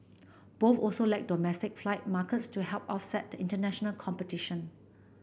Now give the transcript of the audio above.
both also lack domestic flight markets to help offset the international competition